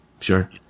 Sure